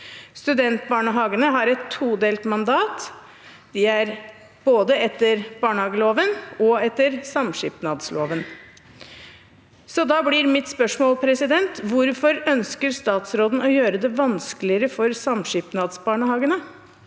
Studentbarnehagene har et todelt mandat etter både barnehageloven og samskipnadsloven. Da blir mitt spørsmål: Hvorfor ønsker statsråden å gjøre det vanskeligere for samskipnadsbarnehagene?